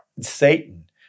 Satan